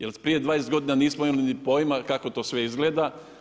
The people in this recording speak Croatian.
Jer prije 20 godina nismo imali ni pojma kako to sve izgleda.